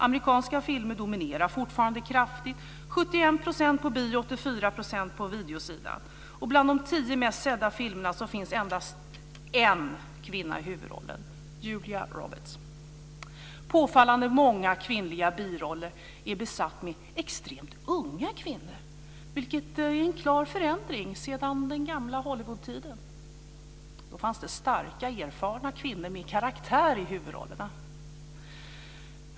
Amerikanska filmer dominerar fortfarande kraftigt: 71 % på bio och 84 % på videosidan. Bland de tio mest sedda filmerna finns endast en kvinna i huvudrollen: Julia Roberts. Påfallande många kvinnliga biroller är besatta med extremt unga kvinnor, vilket är en klar förändring sedan den gamla Hollywoodtiden. Då fanns det starka erfarna kvinnor med karaktär i huvudrollerna.